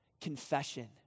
Confession